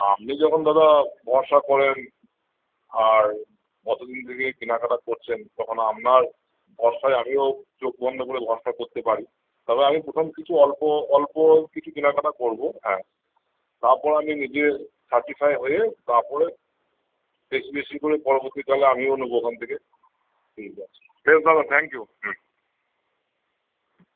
আপনি যখন দাদা ভরসা করেন আর কত দিন থেকে কেনাকাটা করছেন কখনও আপনার ভরসায় আমিও চোখ বন্ধ করে ভরসা করতে পারি তবে আমি প্রথম কিছু অল্প অল্প কিছু কেনাকাটা করবো হ্যাঁ তারপর আমি নিজে সাটিফাই হয়ে তারপরে বেশি বেশি করে পরবর্তীকালে আমিও নেবো ওখান থেকে ঠিক আছে যাই হোক দাদা থ্যাংক ইউ হুম